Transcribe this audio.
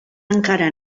encara